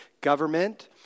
government